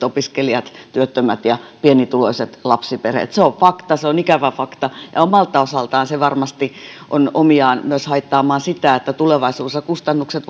opiskelijat työttömät ja pienituloiset lapsiperheet se on fakta se on ikävä fakta ja omalta osaltaan se varmasti on omiaan myös haittaamaan niin että tulevaisuudessa kustannukset